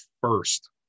first